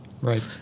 right